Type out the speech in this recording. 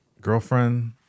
girlfriend